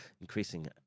increasing